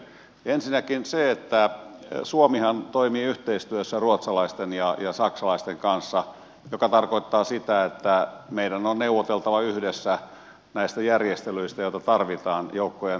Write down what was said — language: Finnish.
ensinnäkin suomihan toimii yhteistyössä ruotsalaisten ja saksalaisten kanssa mikä tarkoittaa sitä että meidän on neuvoteltava yhdessä näistä järjestelyistä joita tarvitaan joukkojen pois vetämiseksi